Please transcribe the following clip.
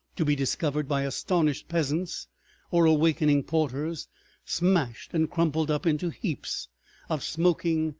to be discovered by astonished peasants or awakening porters smashed and crumpled up into heaps of smoking,